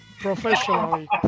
professionally